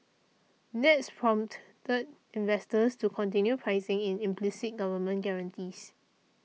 that's prompted investors to continue pricing in implicit government guarantees